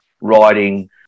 writing